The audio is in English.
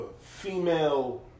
female